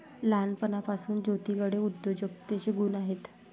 लहानपणापासून ज्योतीकडे उद्योजकतेचे गुण आहेत